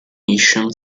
mission